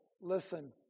listen